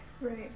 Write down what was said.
right